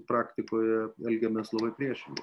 praktikoje elgiamės labai priešingai